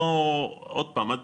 עוד פעם,